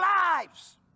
lives